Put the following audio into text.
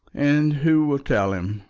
and who will tell him?